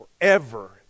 forever